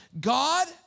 God